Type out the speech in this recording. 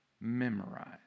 Memorize